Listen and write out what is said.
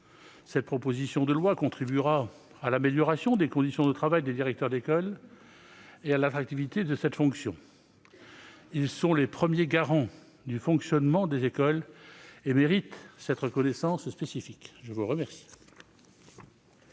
cette proposition de loi contribuera à l'amélioration des conditions de travail des directeurs d'école et à l'attractivité de cette fonction. Ces professionnels sont les premiers garants du bon fonctionnement des écoles et ils méritent cette reconnaissance spécifique. La parole